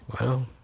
Wow